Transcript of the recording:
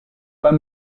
pas